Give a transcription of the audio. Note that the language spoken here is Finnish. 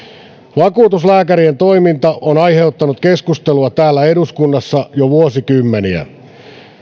vakuutuslääkärien toiminta on aiheuttanut keskustelua täällä eduskunnassa jo vuosikymmeniä